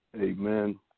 amen